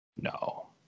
No